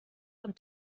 und